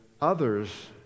others